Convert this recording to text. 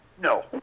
No